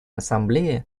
ассамблеи